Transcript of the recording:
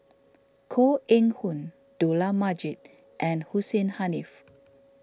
Koh Eng Hoon Dollah Majid and Hussein Haniff